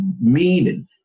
meaning